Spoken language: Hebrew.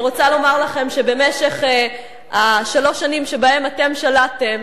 אני רוצה לומר לכם שבמשך שלוש השנים שבהן אתם שלטתם